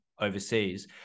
overseas